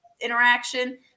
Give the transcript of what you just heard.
interaction